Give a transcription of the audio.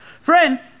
Friend